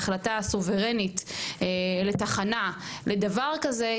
ההחלטה הסוברנית לתחנה לדבר כזה,